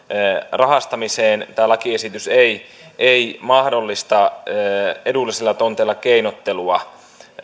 rahastamiseen tämä lakiesitys ei ei mahdollista edullisilla tonteilla keinottelua